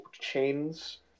chains